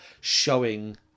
showing